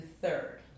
third